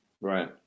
Right